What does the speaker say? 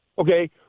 okay